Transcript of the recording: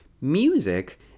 music